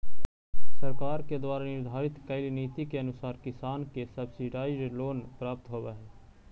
सरकार के द्वारा निर्धारित कैल नीति के अनुसार किसान के सब्सिडाइज्ड लोन प्राप्त होवऽ हइ